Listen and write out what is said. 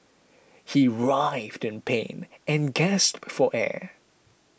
he writhed in pain and gasped for air